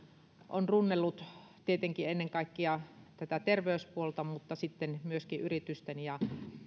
on runnellut tietenkin ennen kaikkea tätä terveyspuolta mutta sitten myöskin yritysten ja